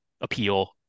appeal